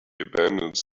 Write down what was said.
abandons